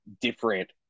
different